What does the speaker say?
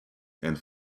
and